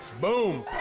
boom.